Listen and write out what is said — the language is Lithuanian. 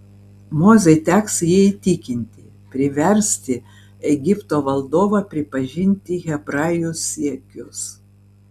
mozei teks jį įtikinti priversti egipto valdovą pripažinti hebrajų siekius